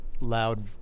loud